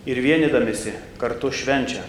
ir vienydamiesi kartu švenčia